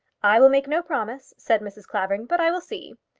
i will make no promise, said mrs. clavering, but i will see.